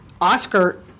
Oscar